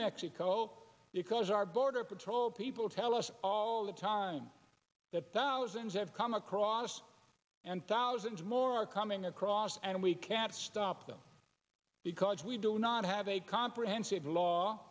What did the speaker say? mexico because our border patrol people tell us all the time that thousands have come across and thousands more are coming across and we can't stop them because we do not have a comprehensive law